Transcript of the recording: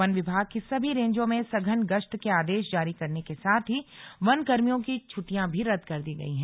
one विभाग की सभी रेंजो में सघन गश्त के आदेश जारी करने के साथ ही वन कर्मियों की छुट्टियां भी रद्द कर दी गयी हैं